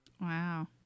Wow